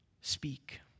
speak